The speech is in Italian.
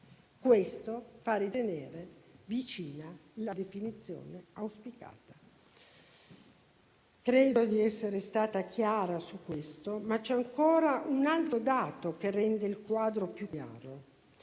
Questo fa ritenere vicina la definizione auspicata. Credo di essere stata chiara al riguardo, ma c'è ancora un altro dato che rende il quadro più chiaro.